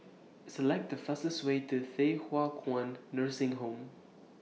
Select The fastest Way to Thye Hua Kwan Nursing Home